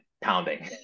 pounding